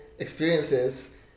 experiences